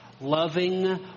Loving